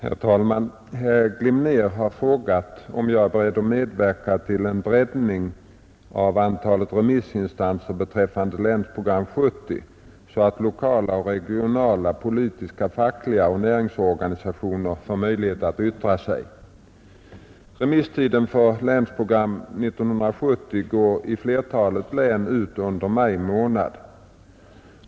Herr talman! Herr Glimnér har frågat mig om jag är beredd medverka till en breddning av antalet remissinstanser beträffande Länsprogram 1970, så att lokala och regionala politiska, fackliga och näringslivsorganisationer får möjlighet att yttra sig. Remisstiden för Länsprogram 1970 går i flertalet län ut under maj månad.